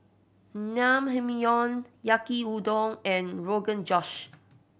Naengmyeon Yaki Udon and Rogan Josh